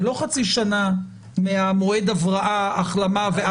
זה לא חצי שנה מהמועד ההבראה החלמה.